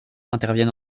interviennent